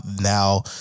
Now